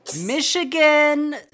Michigan